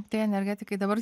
tai energetikai dabar